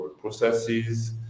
processes